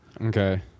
Okay